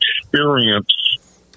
experience